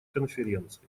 конференции